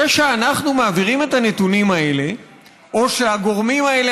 זה שאנחנו מעבירים את הנתונים האלה או שהגורמים האלה